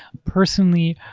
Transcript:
personally,